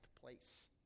place